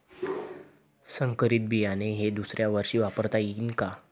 संकरीत बियाणे हे दुसऱ्यावर्षी वापरता येईन का?